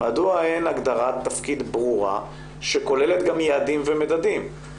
מדוע אין הגדרת תפקיד ברורה שכוללת גם יעדים ומדדים?